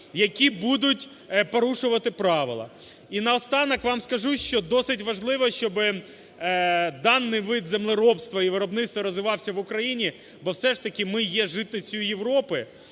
які будуть порушувати правила. І наостанок вам скажу, що досить важливо, щоб даний вид землеробство і виробництва розвивався в Україні, бо все ж таки ми є житницею Європи,